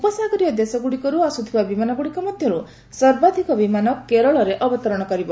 ଉପସାଗରୀୟ ଦେଶଗୁଡ଼ିକରୁ ଆସୁଥିବା ବିମାନଗୁଡ଼ିକ ମଧ୍ୟରୁ ସର୍ବାଧିକ ବିମାନ କେରଳରେ ଅବତରଣ କରିବ